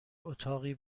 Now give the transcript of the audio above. اتاقی